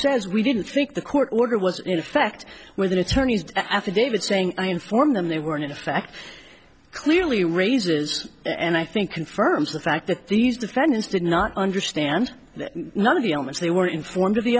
says we didn't think the court order was in effect with an attorney's affidavit saying i informed them they were in fact clearly raises and i think confirms the fact that these defendants did not understand none of the elements they were informed of the